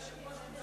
אדוני היושב-ראש,